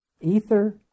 Ether